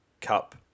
Cup